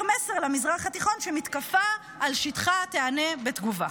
מסר למזרח התיכון שמתקפה על שטחה תיענה בתגובה.